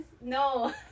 no